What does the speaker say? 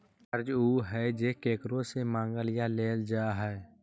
कर्ज उ हइ जे केकरो से मांगल या लेल जा हइ